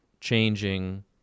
changing